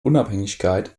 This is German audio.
unabhängigkeit